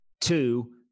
Two